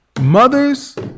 Mothers